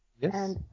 Yes